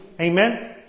Amen